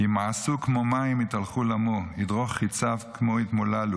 ימאסו כמו מים יתהלכו לָמוֹ יִדְרֹךְ חצו כמו יִתְמֹלָלוּ.